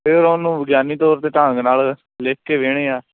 ਫਿਰ ਉਹਨੂੰ ਵਿਗਿਆਨੀ ਤੌਰ 'ਤੇ ਢੰਗ ਨਾਲ ਲਿਖ ਕੇ ਵੇਣੇ ਹਾਂ